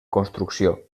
construcció